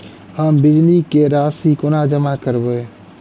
हम बिजली कऽ राशि कोना जमा करबै?